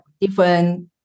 different